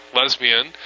lesbian